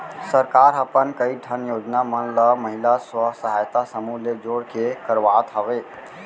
सरकार ह अपन कई ठन योजना मन ल महिला स्व सहायता समूह ले जोड़ के करवात हवय